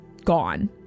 gone